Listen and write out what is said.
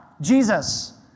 Jesus